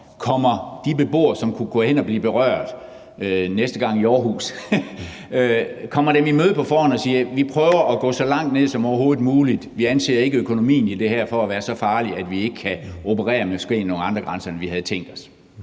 kommer de beboere, som kunne gå hen og blive berørt – næste gang i Aarhus – i møde på forhånd og siger: Vi prøver at gå så langt ned som overhovedet muligt. Vi anser ikke økonomien i det her for at være så farlig, at vi ikke kan operere med måske nogle andre grænser, end vi havde tænkt os.